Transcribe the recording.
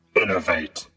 Innovate